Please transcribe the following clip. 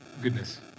Goodness